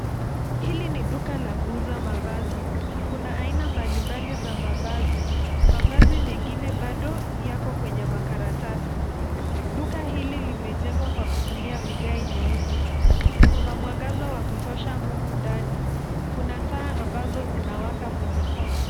Hili ni duka la kuuza mavazi. Kuna aina mbalimbali za mavazi. Mavazi mengine bado yako kwenye makaratasi. Duka hili limejengwa kwa kutumia vigae nyeupe. Kuna mwangaza wa kutosha humu ndani. Kuna taa ambazo zinawaka kwenye paa.